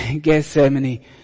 Gethsemane